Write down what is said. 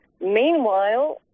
Meanwhile